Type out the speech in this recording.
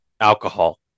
alcohol